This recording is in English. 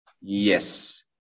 Yes